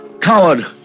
Coward